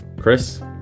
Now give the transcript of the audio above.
Chris